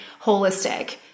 holistic